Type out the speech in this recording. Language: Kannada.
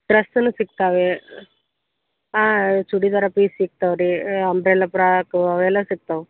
ಡ್ರಸ್ಸೂ ಸಿಗ್ತಾವೆ ಚೂಡಿದಾರ ಪೀಸ್ ಸಿಗ್ತಾವೆ ರೀ ಅಂಬ್ರೆಲ ಫ್ರಾಕು ಅವೆಲ್ಲ ಸಿಗ್ತಾವೆ